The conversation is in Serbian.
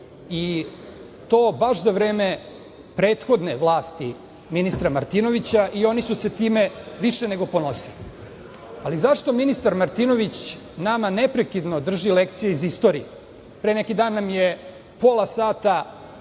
i to baš za vreme prethodne vlasti, ministra Martinovića i oni su se više nego ponosili. Ali zašto ministar Martinović nama neprekidno drži lekcije iz istorije? Pre neki dan nam je pola sata